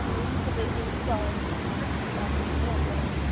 ꯌꯦꯔꯨꯝ ꯐꯖꯩ ꯌꯦꯔꯨꯝ ꯆꯥꯎꯏ ꯌꯥꯝ ꯄꯥꯝꯅꯩꯅ ꯌꯥꯝ ꯂꯧꯏ